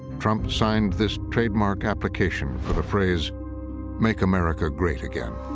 trump signed this trademark application for the phrase make america great again.